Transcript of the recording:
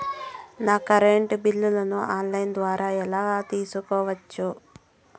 నా కరెంటు బిల్లులను online ద్వారా ఎలా తెలుసుకోవచ్చు?